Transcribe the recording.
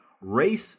Race